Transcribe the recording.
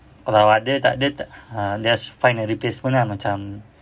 kalau ada takde ah just find a replacement ah macam